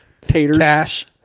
Taters